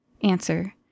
Answer